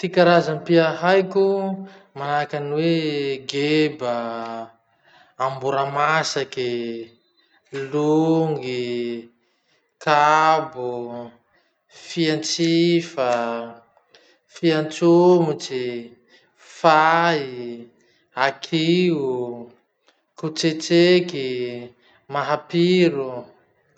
Ty karazam-pia haiko manahaky any hoe geba, amboramasaky, longy, kabo, fiantsifa, fiantsomotsy, fay, akio, kotsetseky, mahapiro.